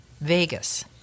Vegas